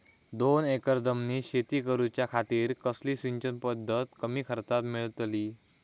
दोन एकर जमिनीत शेती करूच्या खातीर कसली सिंचन पध्दत कमी खर्चात मेलतली?